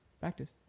Practice